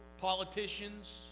politicians